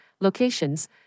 locations